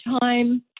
time